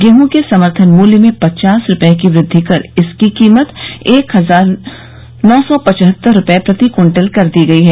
गेहूं के समर्थन मूल्य में पचास रुपये की वृद्धि कर इसकी कीमत एक हजार नौ सौ पचहत्तर रुपये प्रति क्विंटल कर दी गई है